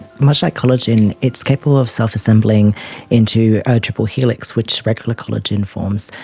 much like collagen, it's capable of self-assembling into a triple helix which regular collagen forms.